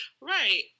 Right